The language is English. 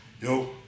Yo